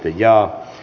kannatan